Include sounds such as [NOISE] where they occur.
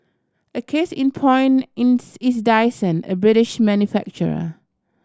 a case in point [UNINTELLIGIBLE] is Dyson a British manufacturer